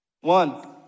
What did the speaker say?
One